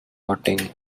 rotting